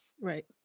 Right